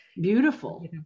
Beautiful